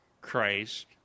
Christ